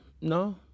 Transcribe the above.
no